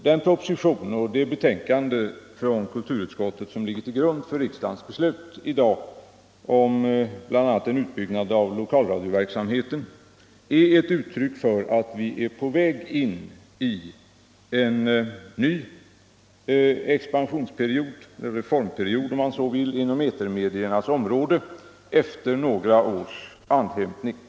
Den proposition och det betänkande från kulturutskottet som ligger till grund för riksdagens beslut i dag om bl.a. en uppbyggnad av lokalradioverksamhet är ett uttryck för att vi är på väg in i en ny expansionsperiod — en reformperiod om man så vill — inom etermediernas område efter några års andhämtningspaus.